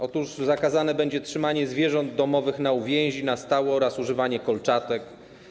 Otóż zakazane będzie trzymanie zwierząt domowych na uwięzi na stałe oraz używanie kolczatek.